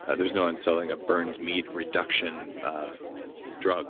there's no one selling a burned meat reduction drug